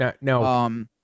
No